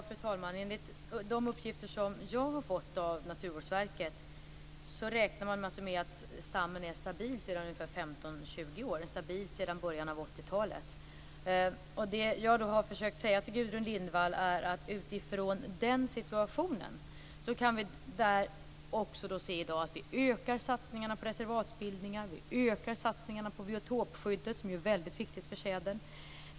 Fru talman! Enligt de uppgifter som jag har fått av Naturvårdsverket räknar man med att stammen är stabil sedan 15-20 år, dvs. sedan början av 80-talet. Utifrån den situationen ökar vi satsningarna på reservatbildningar, och vi ökar satsningarna på biotopskyddet, som är väldigt viktigt för tjädern.